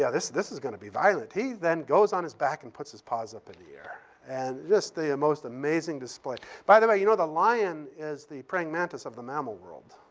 yeah, this this is gonna be violent. he then goes on his back and puts his paws up in the air in and just the most amazing display. by the way, you know, the lion is the praying mantis of the mammal world,